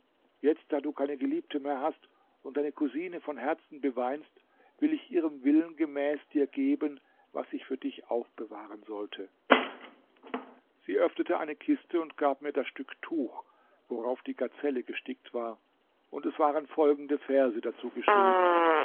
jetzt da du keine geliebte mehr hast und deine cousine von herzen beweinst will ich ihrem willen gemäß dir geben was ich für dich aufbewahren sollte sie öffnete eine kiste und gab mir das stück tuch worauf die gazelle gestickt war und es waren folgende verse dazu geschrieben